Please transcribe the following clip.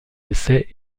essais